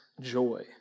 joy